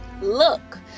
Look